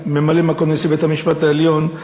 ממלא-מקום נשיא בית-המשפט העליון,